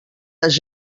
les